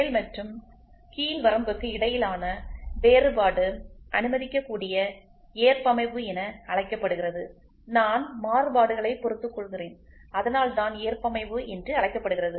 மேல் மற்றும் கீழ் வரம்புக்கு இடையிலான வேறுபாடு அனுமதிக்கக்கூடிய ஏற்பமைவு என அழைக்கப்படுகிறது நான் மாறுபாடுகளை பொறுத்துக்கொள்கிறேன் அதனால்தான் ஏற்பமைவு என்று அழைக்கப்படுகிறது